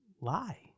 lie